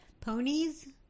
ponies